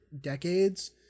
decades